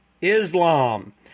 Islam